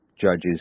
Judges